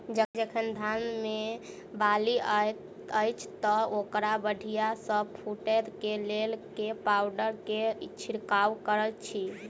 जखन धान मे बाली हएत अछि तऽ ओकरा बढ़िया सँ फूटै केँ लेल केँ पावडर केँ छिरकाव करऽ छी?